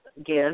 Again